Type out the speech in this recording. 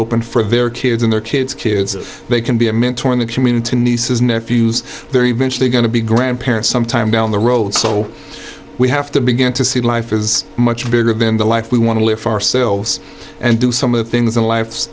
open for their kids in their kids kids if they can be a mentor in the community nieces nephews they're eventually going to be grandparents some time down the road so we have to begin to see life is much bigger than the life we want to live far selves and do some of the things in life